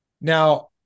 Now